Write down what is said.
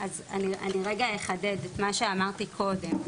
אני אחדד את מה שאמרתי קודם.